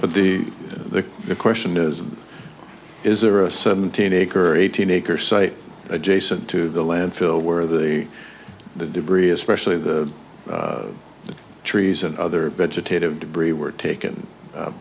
but the the question is is there a seventeen acre eighteen acre site adjacent to the landfill where the debris especially the trees and other vegetative debris were taken